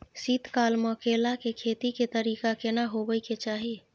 शीत काल म केला के खेती के तरीका केना होबय के चाही?